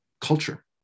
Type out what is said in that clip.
culture